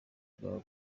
bwawe